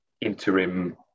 interim